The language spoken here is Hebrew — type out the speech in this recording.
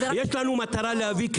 יש לנו מטרה להביא,